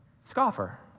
Scoffer